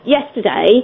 yesterday